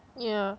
yeah